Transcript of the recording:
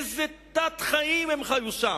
איזה תת-חיים הם חיו שם?